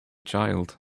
child